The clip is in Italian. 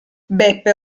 beppe